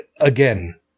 Again